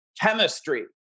chemistry